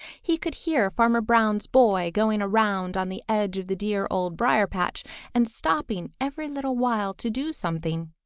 he could hear farmer brown's boy going around on the edge of the dear old briar-patch and stopping every little while to do something.